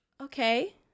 Okay